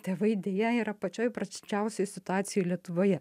tėvai deja yra pačioj prasčiausioj situacijoj lietuvoje